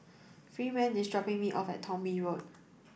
Freeman is dropping me off at Thong Bee Road